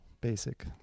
basic